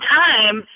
time